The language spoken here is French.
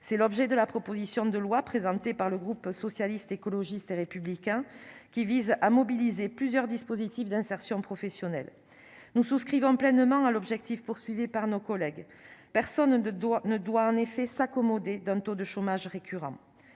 c'est l'objet de la proposition de loi présentée par le groupe socialiste, écologiste et républicain qui vise à mobiliser plusieurs dispositifs d'insertion professionnelle nous souscrivons pleinement à l'objectif poursuivi par nos collègues, personne ne doit, ne doit en effet s'accommoder d'un taux de chômage récurrent